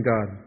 God